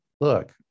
look